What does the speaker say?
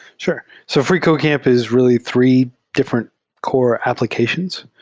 sure. so freecodecamp is really three different core applications.